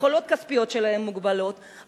שהיכולות הכספיות שלהם מוגבלות,